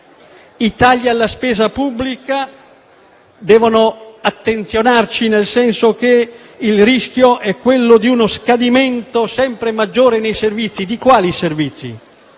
I tagli alla spesa pubblica devono attenzionarci, perché il rischio è quello di uno scadimento sempre maggiore nei servizi. Mi riferisco